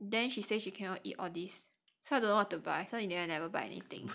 then she say she cannot eat all these so I don't know what to buy so in the end I never buy anything